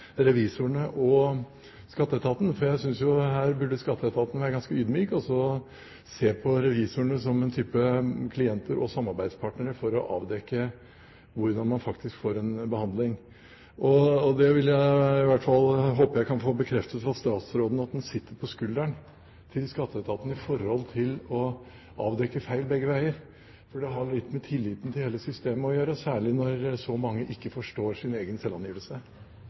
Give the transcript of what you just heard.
revisorene og Skatteetaten, for jeg synes at her burde Skatteetaten være ganske ydmyk og se på revisorene som en type klienter og samarbeidspartnere for å avdekke hvordan man faktisk får en behandling. Det håper jeg at jeg kan få bekreftet fra statsråden, at han sitter på skulderen til Skatteetaten når det gjelder å avdekke feil begge veier, for det har litt med tilliten til hele systemet å gjøre, særlig når så mange ikke forstår sin egen selvangivelse.